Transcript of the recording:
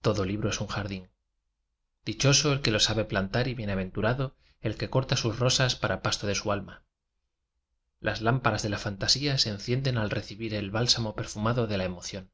pensamientodo libro es un jardín dichoso el flue lo sabe plantar y bienaventurado el aue coita sus rosas para pasto de su alma as lámparas de la fantasía se en cienden al recibir el bálsamo perfumado de la emoción